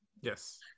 Yes